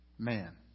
Man